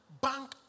bank